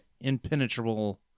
impenetrable